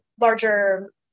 larger